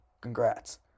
Congrats